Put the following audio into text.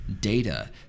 data